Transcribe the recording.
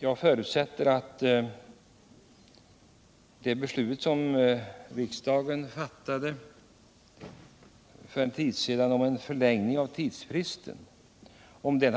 Jag förutsätter att läget skulle ha kunnat vara annorlunda, om det gått att tillämpa den tidsfrist som riksdagen för en tid sedan fattade beslut om. Det